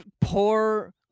poor